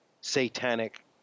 satanic